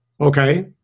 Okay